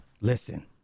Listen